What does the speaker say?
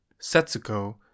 Setsuko